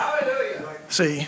See